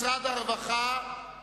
משרד הרווחה,